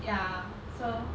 ya so